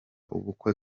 ubukwe